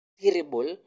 terrible